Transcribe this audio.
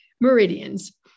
meridians